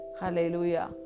Hallelujah